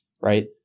right